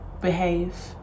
behave